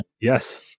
Yes